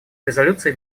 резолюции